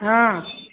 हँ